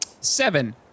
Seven